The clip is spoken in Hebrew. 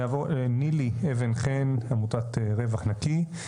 נעבור לנילי אבן-חן, עמותת "רווח נקי".